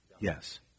Yes